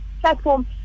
platform